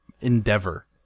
endeavor